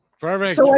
Perfect